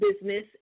business